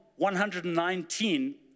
119